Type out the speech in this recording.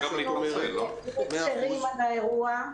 אנחנו מצרים על האירוע.